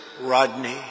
Rodney